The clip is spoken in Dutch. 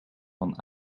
van